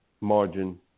margin